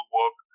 work